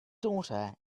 daughter